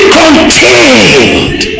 contained